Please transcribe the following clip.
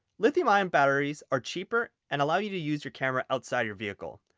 lithium-ion batteries are cheaper and allow you to use your camera outside your vehicle.